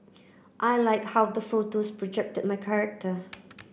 I like how the photos projected my character